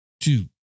two